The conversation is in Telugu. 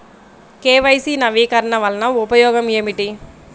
కే.వై.సి నవీకరణ వలన ఉపయోగం ఏమిటీ?